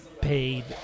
paid